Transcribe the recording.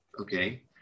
Okay